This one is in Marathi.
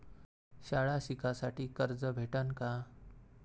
शाळा शिकासाठी कर्ज भेटन का?